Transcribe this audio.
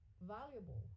valuable